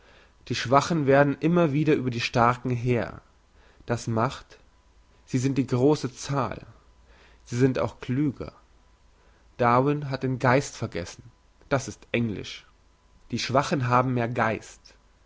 die schwachen werden immer wieder über die starken herr das macht sie sind die grosse zahl sie sind auch klüger darwin hat den geist vergessen das ist englisch die schwachen haben mehr geist